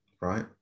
right